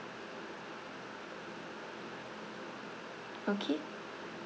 okay